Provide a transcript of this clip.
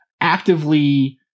actively